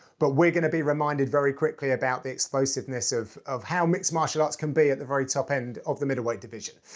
but we're gonna be reminded very quickly about the explosiveness of of how mixed martial arts can be at the very upper end of the middleweight division.